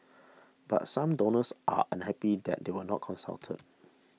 but some donors are unhappy that they were not consulted